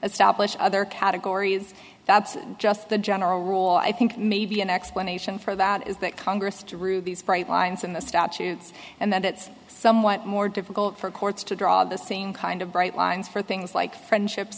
establish other categories that's just the general rule i think maybe an explanation for that is that congress to rue these bright lines in the statutes and that it's somewhat more difficult for courts to draw the same kind of bright lines for things like friendships